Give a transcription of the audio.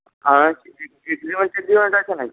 agreement টেগ্রিমেন্ট আছে নাকি